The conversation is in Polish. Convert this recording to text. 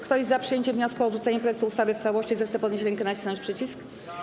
Kto jest za przyjęciem wniosku o odrzucenie projektu ustawy w całości, zechce podnieść rękę i nacisnąć przycisk.